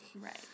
Right